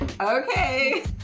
Okay